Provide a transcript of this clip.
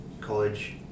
college